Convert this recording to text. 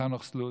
חנוך סלוד,